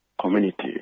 community